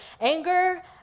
anger